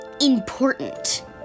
important